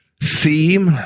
theme